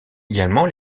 également